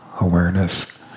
awareness